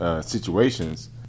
situations